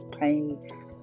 pain